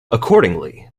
accordingly